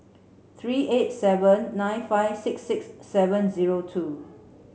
three eight seven nine five six six seven zero two